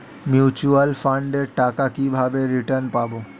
Mutual ফান্ডের টাকা কিভাবে রিটার্ন পাব?